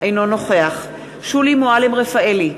אינו נוכח שולי מועלם-רפאלי,